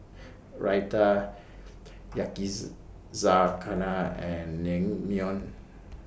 Raita and Naengmyeon